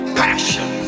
passion